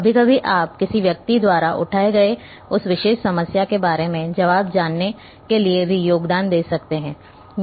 कभी कभी आप किसी व्यक्ति द्वारा उठाए गए उस विशेष समस्या के बारे में जवाब जानने के लिए भी योगदान दे सकते हैं या उसकी मदद कर सकते हैं